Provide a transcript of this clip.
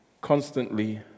constantly